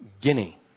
Guinea